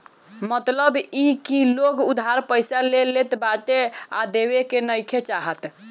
मतलब इ की लोग उधारी पईसा ले लेत बाटे आ देवे के नइखे चाहत